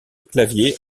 clavier